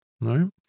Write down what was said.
right